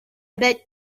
bet